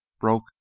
broke